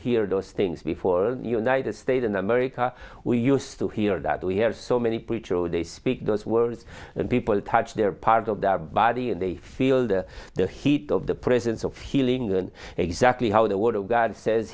hear those things before united states in america we used to hear that we hear so many preachers they speak those words and people touch their part of their body and they feel that the heat of the presence of healing and exactly how